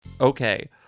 Okay